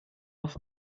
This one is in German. auf